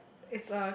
it's a